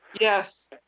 Yes